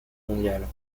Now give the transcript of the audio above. mondiale